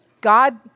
God